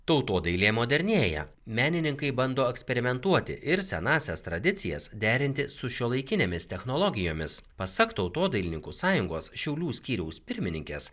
tautodailė modernėja menininkai bando eksperimentuoti ir senąsias tradicijas derinti su šiuolaikinėmis technologijomis pasak tautodailininkų sąjungos šiaulių skyriaus pirmininkės